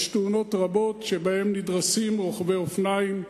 יש תאונות רבות שבהן נדרסים רוכבי אופניים.